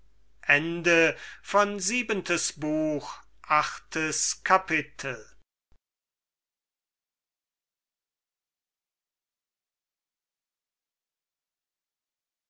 siebentes buch erstes kapitel